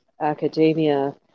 academia